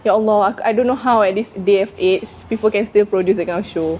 ya allah I don't know how at this day of age people can still produce that kind of show